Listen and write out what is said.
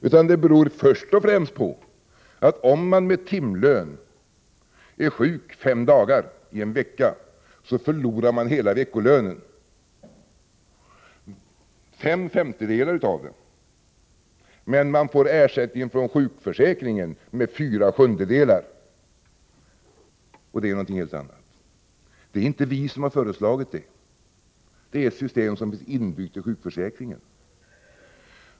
Först och främst beror det på att den som har timlön och är sjuk fem dagar i en vecka förlorar hela veckolönen, fem femtedelar, men får ersättning från sjukförsäkringen med fyra sjundedelar — och det är ju något helt annat. Det är inte vi som har föreslagit att det skall vara så, utan det är inbyggt i sjukförsäkringssystemet.